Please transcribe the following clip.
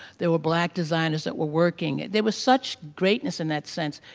there were black designers that were working. there was such greatness in that sense.